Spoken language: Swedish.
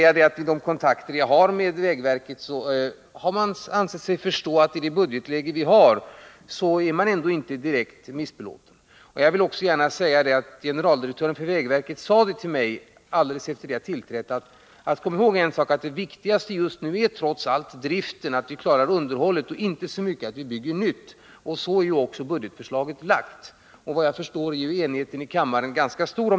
Av de kontakter jag haft med vägverket har jag förstått att man med tanke på det budgetläge vi nu har inte är direkt missbelåten. Jag vill också gärna berätta att generaldirektören för vägverket sade till mig alldeles efter det att jag tillträtt: Kom ihåg en sak — det viktigaste just nu är trots allt att vi klarar underhållet och inte att vi bygger så mycket nytt. Så är också budgetförslaget upplagt. Såvitt jag förstår är enigheten om detta i kammaren ganska stor.